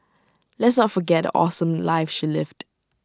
let's not forget awesome life she lived